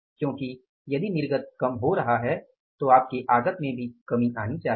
क्योंकि यदि निर्गत कम हो रहा है तो आपके आगत में भी कमी आनी चाहिए